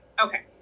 okay